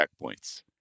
checkpoints